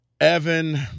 Evan